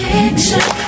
Picture